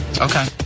Okay